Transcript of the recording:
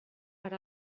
per